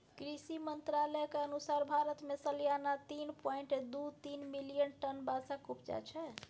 कृषि मंत्रालयक अनुसार भारत मे सलियाना तीन पाँइट दु तीन मिलियन टन बाँसक उपजा छै